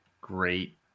great